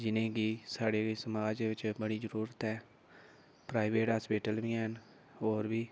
जिनेंगी साढ़े समाज बिच्च बड़ी जरूरत ऐ प्राइवेट हास्पटिल बी हैन होर बी